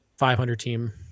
500-team